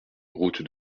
route